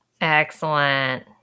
excellent